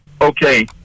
Okay